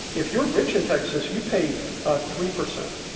if you're rich in texas you pay ah three percent.